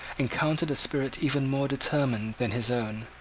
encountered a spirit even more determined than his own.